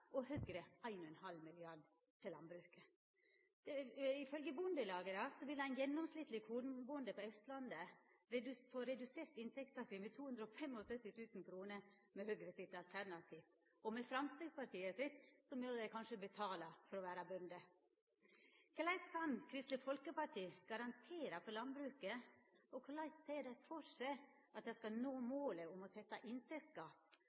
og Høgre 1,5 mrd. kr til landbruket. Ifølgje Bondelaget vil ein gjennomsnittleg kornbonde på Austlandet få redusert inntekta si med 275 000 kr med Høgre sitt alternativ. Og med Framstegspartiet sitt må dei kanskje betala for å vera bønder. Korleis kan Kristeleg Folkeparti garantera for landbruket, og korleis ser dei for seg at dei skal nå